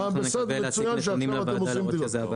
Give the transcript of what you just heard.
ואנחנו נקווה להציג נתונים לוועדה להראות שזה עבד.